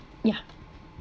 yeah